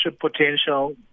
potential